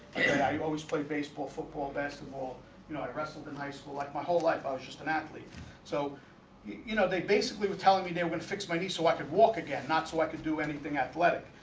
yeah, you always played baseball football basketball you know i pressed something high school like my whole life. i was just an athlete so you know they basically were telling me they were going to fix my knee so i could walk again not so i could do anything athletic